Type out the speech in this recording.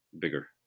bigger